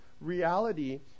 reality